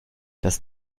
das